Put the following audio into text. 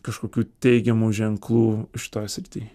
kažkokių teigiamų ženklų šitoj srity